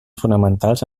fonamentals